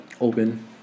open